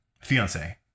Fiance